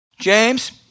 James